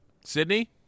Sydney